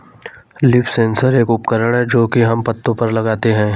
leaf sensor एक उपकरण है जो की हम पत्तो पर लगाते है